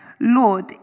Lord